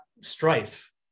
strife